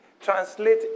translate